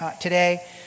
today